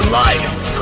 life